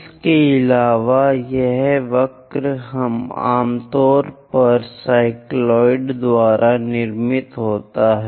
इसके अलावा यह वक्र आमतौर पर साइक्लॉयड द्वारा निर्मित होता है